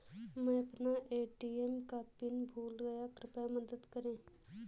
मै अपना ए.टी.एम का पिन भूल गया कृपया मदद करें